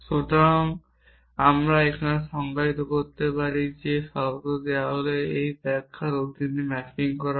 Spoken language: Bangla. সুতরাং আমরা এখানে সংজ্ঞায়িত করতে পারি যে একটি শব্দ দেওয়া হলে এটি ব্যাখ্যার অধীনে ম্যাপিং করা হয়